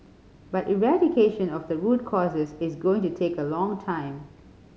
but eradication of the root causes is going to take a long time